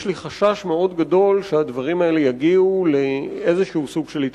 יש לי חשש מאוד גדול שהדברים האלה יגיעו לסוג של התפוצצות.